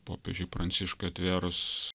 popiežiui pranciškui atvėrus